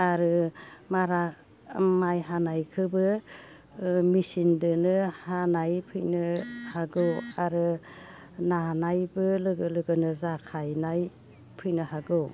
आरो मारा माइ हानायखोबो ओ मेचिनदोनो हानाय फैनो हागौ आरो नानायबो लोगो लोगोनो जाखायनाय फैनो हागौ